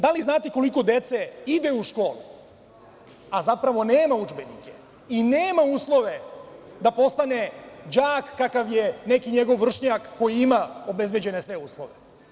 Da li znate koliko dece ide u školu, a zapravo nema udžbenike i nema uslove da postane đak kakav je neki njegov vršnjak koji ima obezbeđene sve uslove?